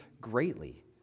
greatly